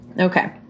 Okay